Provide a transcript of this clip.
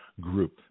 group